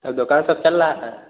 तब दुकान सब चल रहा था